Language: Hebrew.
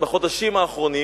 בחודשים האחרונים